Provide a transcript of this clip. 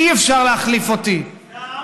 אי-אפשר להחליף אותי, את זה העם אומר.